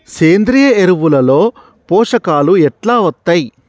సేంద్రీయ ఎరువుల లో పోషకాలు ఎట్లా వత్తయ్?